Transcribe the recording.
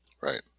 Right